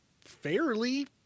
fairly